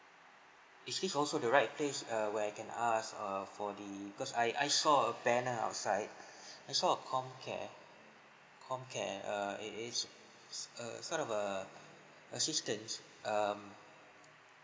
is this also the right place err where I can ask err for the because I I saw a banner outside I saw a comcare comcare err it is s~ uh sort of a assistant um